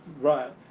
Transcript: right